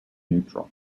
neutral